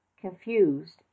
confused